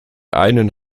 einen